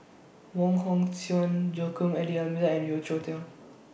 Wong Hong Suen Joaquim and D'almeida and Yeo Cheow Tong